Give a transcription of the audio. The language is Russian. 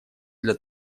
для